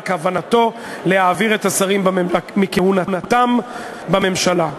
כוונתו להעביר את השרים מכהונתם בממשלה.